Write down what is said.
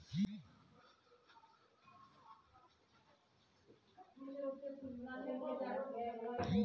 मुनीमजी को खातावाही लिखने के लिए लेन देन इतिहास के लिए ऑनलाइन पासबुक देखनी होगी